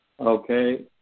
Okay